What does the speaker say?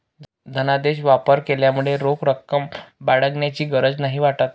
धनादेश वापर केल्यामुळे रोख रक्कम बाळगण्याची गरज नाही वाटत